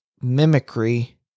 mimicry